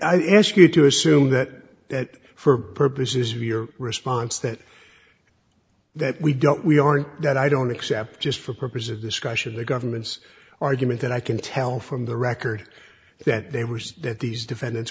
i ask you to assume that for purposes of your response that that we don't we aren't that i don't accept just for purposes of discussion the government's argument that i can tell from the record that they were so that these defendants